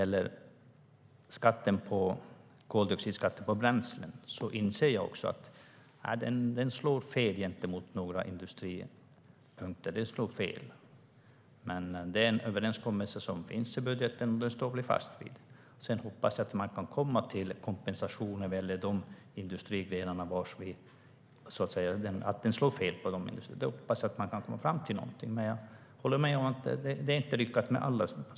När det gäller koldioxidskatten på bränsle inser jag att den slår fel gentemot några industrier. Men det är en överenskommelse som finns med i budgeten, så den står vi fast vid. Sedan hoppas jag att man kan kompensera de industridelar som den slår fel för. Men jag håller med om att det inte är lyckat med allt.